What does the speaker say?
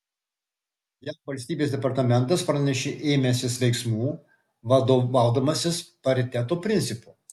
jav valstybės departamentas pranešė ėmęsis veiksmų vadovaudamasis pariteto principu